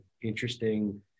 interesting